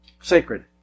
sacred